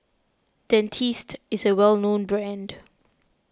Dentiste is a well known brand